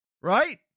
right